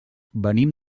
venim